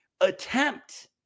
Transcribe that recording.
attempt